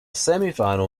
semifinal